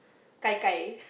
Gai Gai